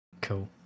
cool